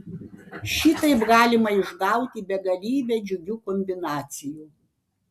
šitaip galima išgauti begalybę džiugių kombinacijų